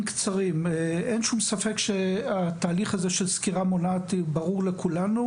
אין שום ספק שהתהליך הזה של סקירה מונעת ברור לכולנו,